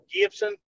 Gibson